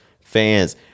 fans